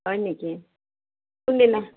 হয় নেকি কোন দিনা